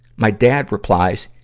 my dad replies,